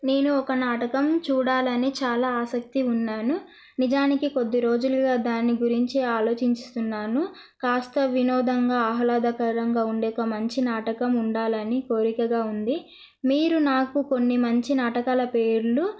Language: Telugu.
నేను ఒక నాటకం చూడాలని చాలా ఆసక్తి ఉన్నాను నిజానికి కొద్ది రోజులుగా దాని గురించి ఆలోచిస్తున్నాను కాస్త వినోదంగా ఆహ్లాదకరంగా ఉండే ఒక మంచి నాటకం ఉండాలని కోరికగా ఉంది మీరు నాకు కొన్ని మంచి నాటకల పేర్లు